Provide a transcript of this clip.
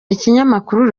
ikinyamakuru